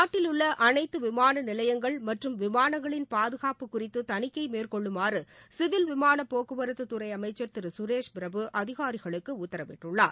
நாட்டிலுள்ள அனைத்து விமான நிலையங்கள் மற்றும் விமானங்களின் பாதுகாப்பு குறித்து தணிக்கை மேற்கொள்ளுமாறு சிவில் விமான போக்குவரத்து துறை அமைச்சர் திரு கரேஷ்பிரபு அதிகாரிகளுக்கு உத்தரவிட்டுள்ளார்